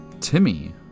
Timmy